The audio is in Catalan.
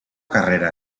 carrera